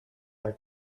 our